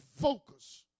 focus